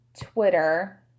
Twitter